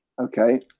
okay